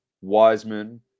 Wiseman